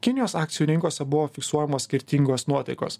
kinijos akcijų rinkose buvo fiksuojamos skirtingos nuotaikos